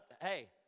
hey